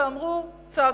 וצעקו,